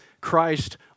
Christ